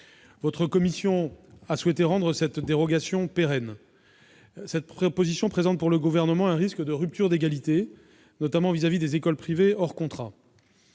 Votre commission a souhaité rendre cette dérogation pérenne. Une telle proposition présente, selon le Gouvernement, un risque de rupture d'égalité, notamment vis-à-vis des écoles privées hors contrat.